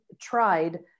tried